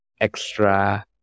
extra